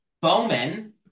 Bowman